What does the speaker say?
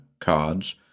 cards—